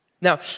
Now